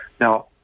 Now